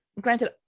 granted